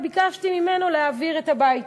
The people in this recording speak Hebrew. וביקשתי ממנו להעביר את הבית.